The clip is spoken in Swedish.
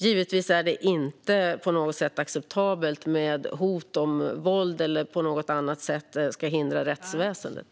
Givetvis är det inte på något sätt acceptabelt med hot om våld eller att på något annat sätt hindra rättsväsendet.